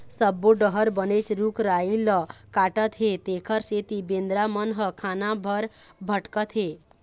सब्बो डहर बनेच रूख राई ल काटत हे तेखर सेती बेंदरा मन ह खाना बर भटकत हे